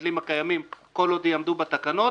למגדלים הקיימים כל עוד יעמדו בתקנות,